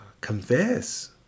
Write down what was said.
confess